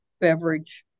beverage